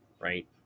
right